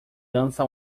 dança